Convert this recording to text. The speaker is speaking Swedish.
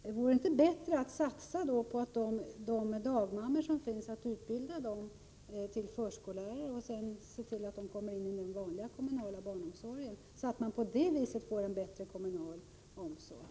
Men vore det inte bättre att satsa på att utbilda de dagmammor som finns till förskollärare och se till att de kommer in i den vanliga kommunala barnomsorgen, så att man på det sättet får en bättre kommunal barnomsorg?